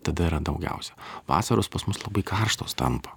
tada yra daugiausia vasaros pas mus labai karštos tampa